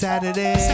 Saturday